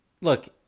Look